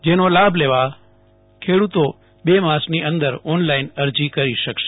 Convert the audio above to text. જેનો લાભ લેવા માટે ખેડૂતો બે માસની અંદર ઓનલાઇન અરજી કરી શકશે